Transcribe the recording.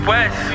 West